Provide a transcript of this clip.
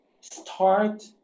start